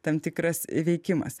tam tikras veikimas